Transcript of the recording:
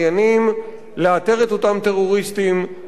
לאתר את אותם טרוריסטים ולפגוע בהם.